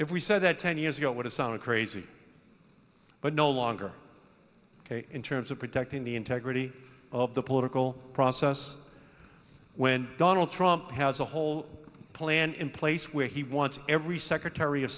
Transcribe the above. if we said that ten years ago it would have sound crazy but no longer in terms of protecting the integrity of the political process when donald trump has a whole plan in place where he wants every secretary of